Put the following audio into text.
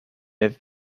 have